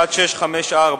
1654,